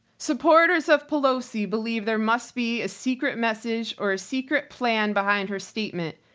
supporters of pelosi believe there must be a secret message or a secret plan behind her statement,